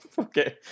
okay